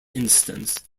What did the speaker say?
instance